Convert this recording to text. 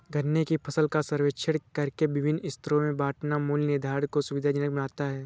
गन्ने की फसल का सर्वेक्षण करके विभिन्न स्तरों में बांटना मूल्य निर्धारण को सुविधाजनक बनाता है